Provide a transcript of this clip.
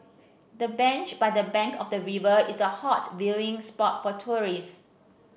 the bench by the bank of the river is a hot viewing spot for tourists